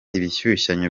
ibishushanyo